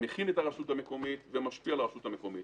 מכין את הרשות המקומית ומשפיע על הרשות המקומית.